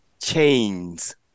Chains